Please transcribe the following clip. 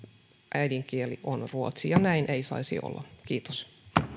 äidinkieli on ruotsi ja näin ei saisi olla kiitos